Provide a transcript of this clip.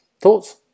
Thoughts